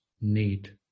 need